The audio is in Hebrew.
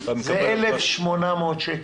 זה 1,800 שקל.